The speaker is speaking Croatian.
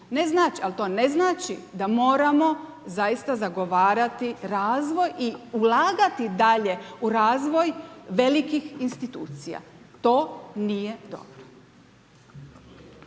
teškoće, ali to ne znači da moramo zaista zagovarati razvoj i ulagati dalje u razvoj velikih institucija. To nije dobro.